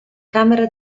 camera